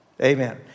Amen